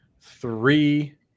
Three